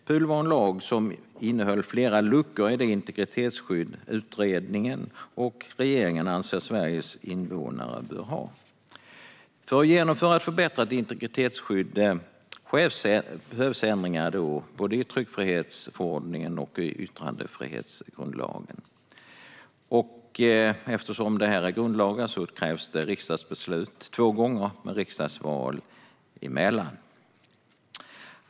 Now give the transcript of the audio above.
PUL var en lag som innehöll flera luckor i det integritetsskydd utredningen och regeringen anser att Sveriges invånare bör ha. För att genomföra ett förbättrat integritetsskydd behövs ändringar både i tryckfrihetsförordningen och i yttrandefrihetsgrundlagen. Eftersom det är grundlagar krävs riksdagsbeslut två gånger med riksdagsval emellan.